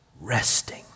resting